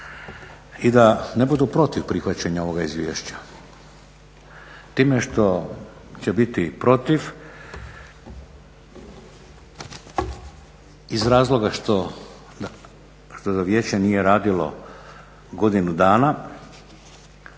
i da ne budu protiv prihvaćanja ovoga izvješća. Time što će biti protiv, iz razloga što vijeće nije radilo godinu dana,